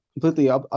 completely